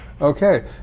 Okay